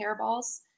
hairballs